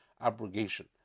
abrogation